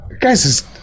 guys